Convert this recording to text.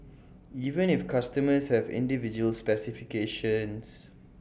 even if customers have individual specifications